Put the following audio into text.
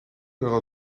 euro